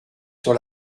sur